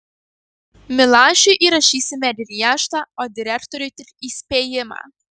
milašiui įrašysime griežtą o direktoriui tik įspėjimą